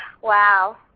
wow